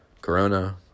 Corona